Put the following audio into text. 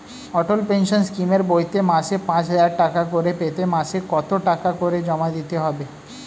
অটল pension স্কিমের বইতে মাসে পাঁচ হাজার টাকা করে পেতে মাসে কত টাকা করে জমা দিতে হবে?